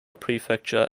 prefecture